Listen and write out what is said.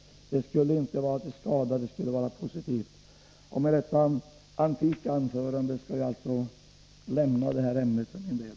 Det skulle inte vara till skada, det skulle vara positivt! Med detta antika anförande skall jag alltså lämna det här ämnet för min del.